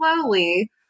slowly